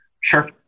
Sure